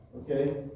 Okay